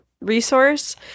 resource